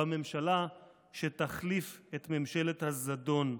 בממשלה שתחליף את ממשלת הזדון.